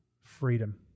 freedom